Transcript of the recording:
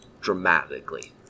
dramatically